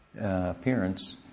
appearance